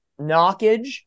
knockage